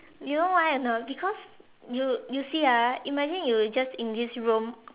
you know why or not because you you see ah imagine you just in this room